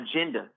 agenda